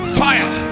fire